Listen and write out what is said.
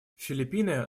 филиппины